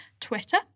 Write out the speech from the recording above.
Twitter